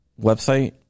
website